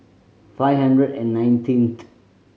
five hundred and nineteenth